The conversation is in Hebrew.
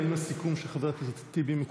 האם הסיכום של חבר הכנסת טיבי מקובל עליך?